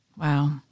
wow